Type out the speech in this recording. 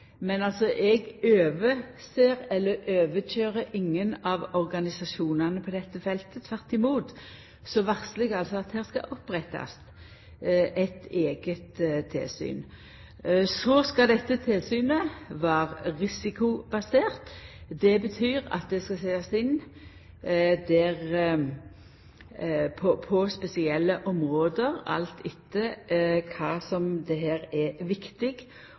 eg overser eller overkøyrer organisasjonane på dette feltet. Tvert imot varslar eg at det her skal opprettast eit eige tilsyn. Dette tilsynet skal vera risikobasert. Det betyr at det skal setjast inn på spesielle område alt etter kva som det er viktig